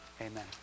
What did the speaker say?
amen